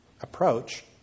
approach